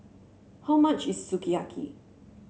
how much is Sukiyaki